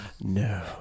no